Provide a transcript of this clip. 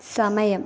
സമയം